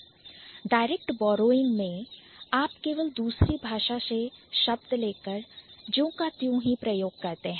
Direct borrowing direct borrowing में आप केवल दूसरी भाषा से शब्द लेकर ज्यों का त्यों ही प्रयोग करते हैं